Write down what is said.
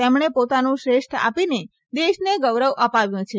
તેમણે પોતાનું શ્રેષ્ઠ આપીને દેશને ગૌરવ અપાવ્યું છે